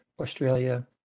Australia